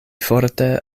forte